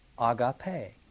agape